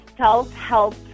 self-help